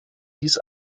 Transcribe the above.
dies